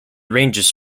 ranges